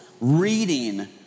reading